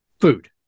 food